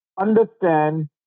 understand